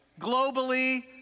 globally